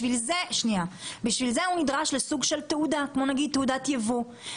לכן הוא נדרש לסוג של תעודה כמו נגיד תעודת יבוא.